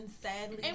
sadly